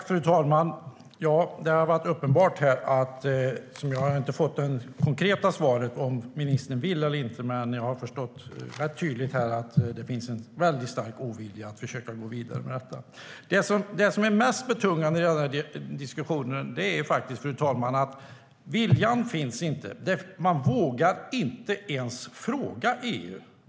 Fru talman! Jag har inte fått ett konkret svar på om ministern vill eller inte, men jag har förstått rätt tydligt att det finns en väldigt stark ovilja att försöka gå vidare med detta. Det som är mest betungande i denna diskussion, fru talman, är att viljan inte finns.